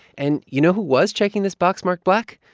and you know who was checking this box marked black?